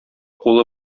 кулы